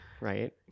right